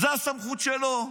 זאת הסמכות שלו,